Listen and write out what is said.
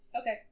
Okay